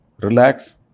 relax